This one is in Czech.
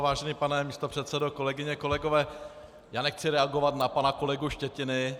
Vážený pane místopředsedo, kolegyně, kolegové, já nechci reagovat na pana kolegu Štětinu.